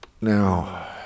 Now